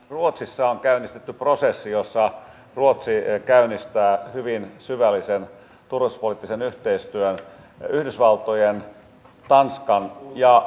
ruotsissa on käynnistetty prosessi jossa ruotsi käynnistää hyvin syvällisen turvallisuuspoliittisen yhteistyön yhdysvaltojen tanskan ja puolan kanssa